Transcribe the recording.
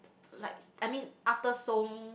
like I mean after so